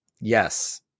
Yes